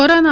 corona